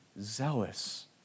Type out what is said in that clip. zealous